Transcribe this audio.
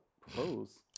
Propose